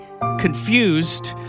confused